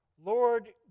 Lord